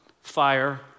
fire